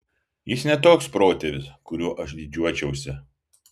jis ne toks protėvis kuriuo aš didžiuočiausi